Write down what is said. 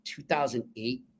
2008